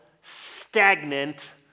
stagnant